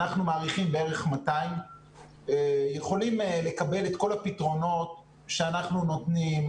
אנחנו מעריכים שבערך 200 יכולים לקבל את כל הפתרונות שאנחנו נותנים,